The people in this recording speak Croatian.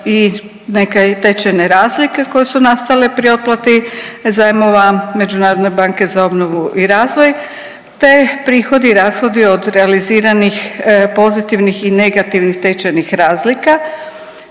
i neke tečajne razlike koje su nastale pri otplati zajmova Međunarodne banke za obnovu i razvoj, te prihodi i rashodi od realiziranih pozitivnih i negativnih tečajnih razlika.